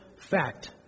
fact